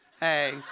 Hey